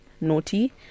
naughty